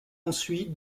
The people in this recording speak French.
ensuite